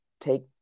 take